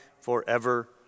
forever